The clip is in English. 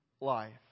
life